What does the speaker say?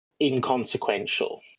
inconsequential